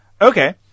Okay